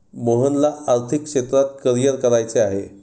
मोहनला आर्थिक क्षेत्रात करिअर करायचे आहे